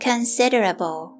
considerable